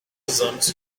usamos